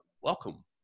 Welcome